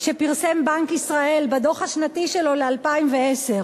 שפרסם בנק ישראל בדוח השנתי שלו ל-2010.